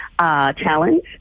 challenge